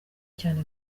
cyane